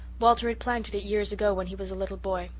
walter had planted it years ago when he was a little boy.